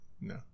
no